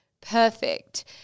perfect